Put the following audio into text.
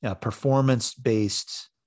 performance-based